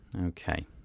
Okay